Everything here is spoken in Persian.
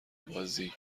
بازی